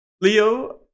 Leo